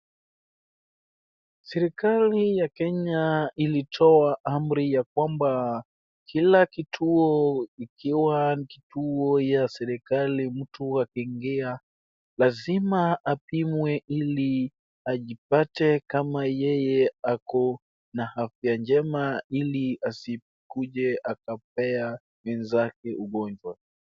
Serikali ya Kenya ilitoa amri ya kwamba kila kituo kikiwa kituo ya serikali mtu akiingia lazima apimwe ili ajipate kama yeye ako na afya njema ili asikuje akapea wenzake ugonjwa.